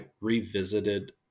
revisited